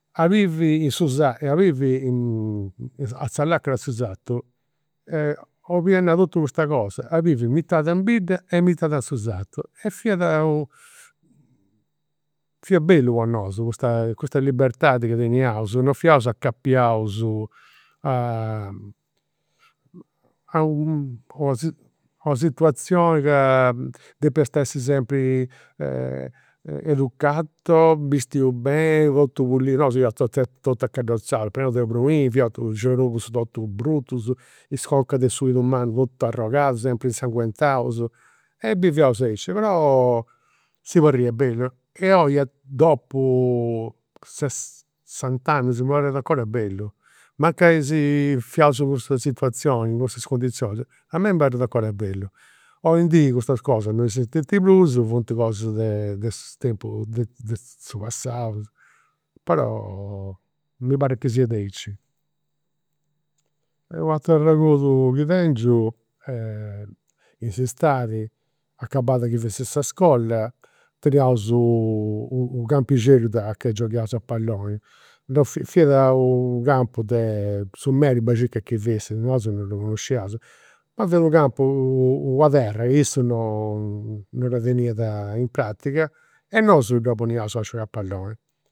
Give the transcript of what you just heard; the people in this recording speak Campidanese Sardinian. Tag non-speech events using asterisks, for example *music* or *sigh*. A bivi in su sartu, a bivi *hesitation* a sa lacana 'e su sartu, 'oliat nai totu custa cosa, a bivi mitadi in bidda e mitadi a su sartu. E fiat unu *hesitation* fiat bellu po nosu custa libertadi chi teniaus, non fiaus acapiaus a *hesitation* a una situazioni a ca depiast essi sempri educato, bistiu beni, totu pulliu, nosu fiaus totus totu acaddozzaus, prenus de pruini, fiaus cu' i' genugus totu brutus, is concas de su 'idu mannu totu arrogada, sempri insanguentaus. E biviaus aici, però si parriat bellu e oi, dopu sessant'annus mi parrit 'ncora bellu, mancai si *hesitation* fiaus in cussa situazioni, in cussas cundizionis, a mei mi parrit 'ncora bellu. Oindì custas cosas non esistint prus, funt cosas de su tempus *hesitation* de su passau, però mi parrit chi siat aici. U' ateru arregodu chi tengiu est, in s'istadi, acabada chi fessit s'iscola, teniaus u' campixeddu de, a ca gioghiaus a palloni. Non fiat, fiat u' campu de, su meri bai e circa chi fessit, nosu non ddu connosciaus. Ma fiat u' campu, una terra chi issu non *hesitation* non dda teniat in pratiga e nosu dda poniaus a giogai a palloni